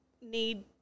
need